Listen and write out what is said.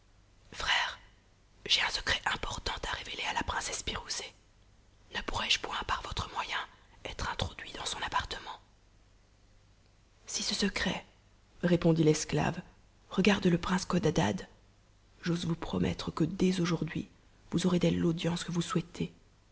frère j'ai un secret important à révéler à la princesse pirouzé ne pourrais-je point par votre moyen être introduit dans son appartement si ce secret répondit l'esclave regarde le prince codadad j'ose vous promettre que dès aujourd'hui vous aurez d'eue l'audience que vous souhaitez